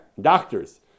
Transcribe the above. doctors